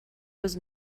was